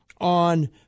on